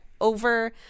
over